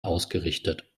ausgerichtet